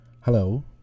Hello